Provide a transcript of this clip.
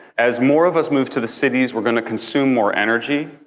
as more of us move to the cities, we're going to consume more energy.